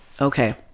okay